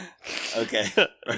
okay